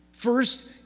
First